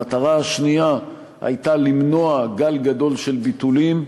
המטרה השנייה הייתה למנוע גל גדול של ביטולים.